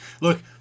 Look